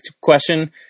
question